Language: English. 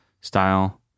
style